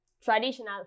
traditional